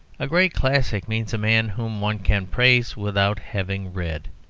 a great classic means a man whom one can praise without having read.